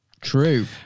True